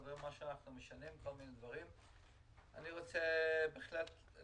מיני דברים שאנחנו משנים אנחנו הולכים